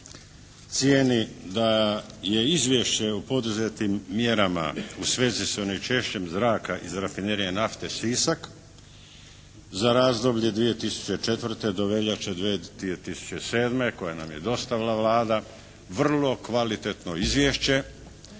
cijeni da je izvješće o poduzetim mjerama u svezi s onečišćenjem zraka iz rafinerije nafte Sisak za razdoblje 2004. do veljače 2007. koji nam je dostavila Vlada vrlo kvalitetno izvješće